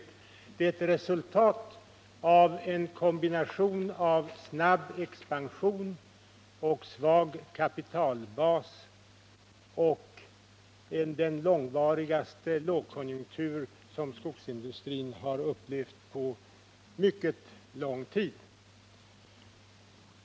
Det 147 är resultatet av en kombination av snabb expansion, svag kapitalbas och den långvarigaste lågkonjunktur som skogsindustrin har upplevt på mycket länge.